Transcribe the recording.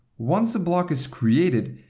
once a block is created,